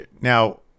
now